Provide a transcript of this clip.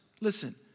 Listen